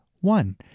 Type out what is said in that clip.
one